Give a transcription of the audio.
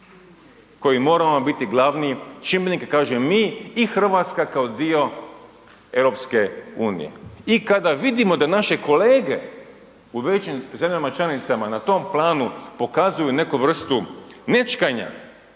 koji moramo biti glavni čimbenik, kažem mi i Hrvatska kao dio EU. I kada vidimo da naše kolege u većim zemljama članicama na tom planu pokazuju neku vrstu nećkanja